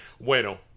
bueno